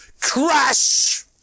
crash